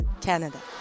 Canada